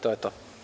To je to.